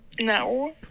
no